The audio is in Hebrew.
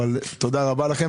אבל תודה רבה לכם.